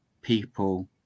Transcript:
people